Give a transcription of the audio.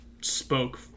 spoke